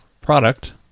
product